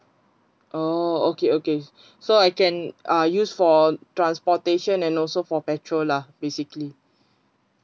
oh okay okay so I can uh use for transportation and also for petrol lah basically